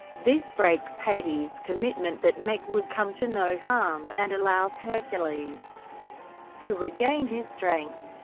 this breaks hades' commitment that meg would come to no harm, and allows hercules to regain his strength.